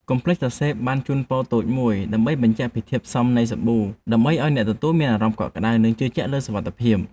កុំភ្លេចសរសេរប័ណ្ណជូនពរតូចមួយ ឬបញ្ជាក់ពីធាតុផ្សំនៃសាប៊ូ ដើម្បីឱ្យអ្នកទទួលមានអារម្មណ៍កក់ក្ដៅ និងជឿជាក់លើសុវត្ថិភាព។